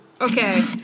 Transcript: Okay